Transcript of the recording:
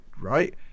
right